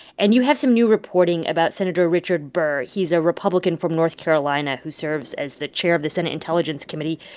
and you have some new reporting about sen. richard burr. he's a republican from north carolina who serves as the chair of the senate intelligence committee.